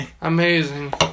Amazing